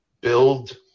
build